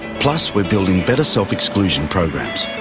plus we're building better self-exclusion programs.